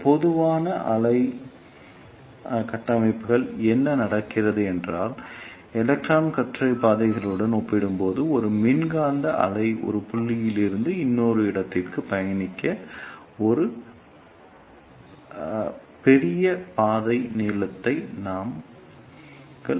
இந்த மெதுவான அலை கட்டமைப்புகளில் என்ன நடக்கிறது என்றால் எலக்ட்ரான் கற்றை பாதையுடன் ஒப்பிடும்போது ஒரு மின்காந்த அலை ஒரு புள்ளியில் இருந்து இன்னொரு இடத்திற்கு பயணிக்க ஒரு பெரிய பாதை நீளத்தை நாங்கள் வழங்குகிறோம்